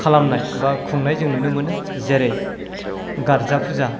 खालामनाय बा खुंनाय जों नुनो मोनो जेरै गार्जा फुजा